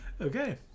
Okay